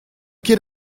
ket